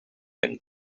and